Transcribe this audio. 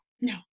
no